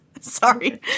Sorry